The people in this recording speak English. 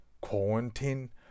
Quarantine